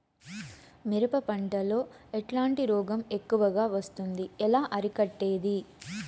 మిరప పంట లో ఎట్లాంటి రోగం ఎక్కువగా వస్తుంది? ఎలా అరికట్టేది?